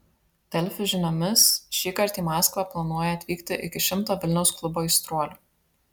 delfi žiniomis šįkart į maskvą planuoja atvykti iki šimto vilniaus klubo aistruolių